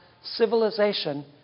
civilization